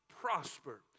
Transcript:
prosper